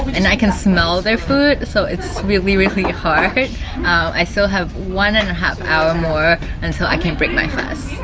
and i can smell their food, so it's really really hard i still have one and a half hour more until i can break my fast.